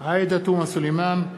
עאידה תומא סלימאן,